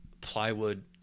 plywood